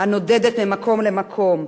הנודדת ממקום למקום,